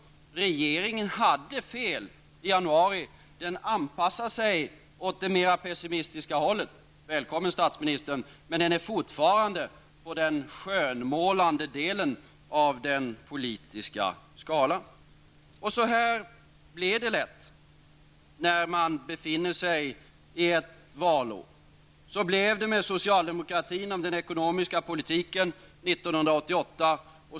Regeringen hade fel i januari. Regeringen har nu anpassat sig åt det mer pessimistiska hållet. Välkommen, statsministern! Men propositionen är fortfarande på den skönmålande delen av den politiska skalan. Så blir det lätt när man befinner sig i ett valår. Så blev det med socialdemokratin och den ekonomiska politiken 1988.